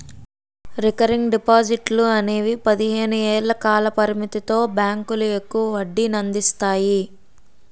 recurring డిపాజిట్లు అనేవి పదిహేను ఏళ్ల కాల పరిమితితో బ్యాంకులు ఎక్కువ వడ్డీనందిస్తాయి